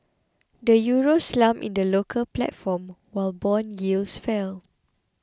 the Euro slumped in the local platform while bond yields fell